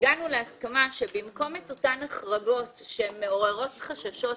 הגענו להסכמה שבמקום את אותן החרגות שמעוררות חששות